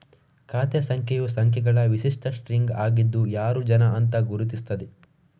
ಖಾತೆ ಸಂಖ್ಯೆಯು ಸಂಖ್ಯೆಗಳ ವಿಶಿಷ್ಟ ಸ್ಟ್ರಿಂಗ್ ಆಗಿದ್ದು ಯಾರು ಜನ ಅಂತ ಗುರುತಿಸ್ತದೆ